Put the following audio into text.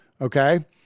okay